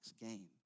game